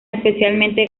especialmente